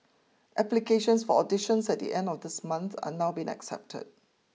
applications for auditions at the end of this month are now being accepted